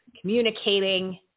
communicating